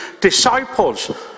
disciples